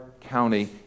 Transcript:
County